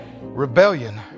Rebellion